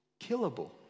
killable